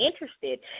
interested